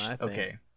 Okay